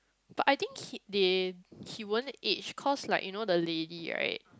but I think he they he won't age cause like you know the lady right